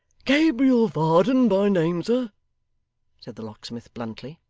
gabriel varden by name, sir said the locksmith bluntly.